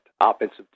offensive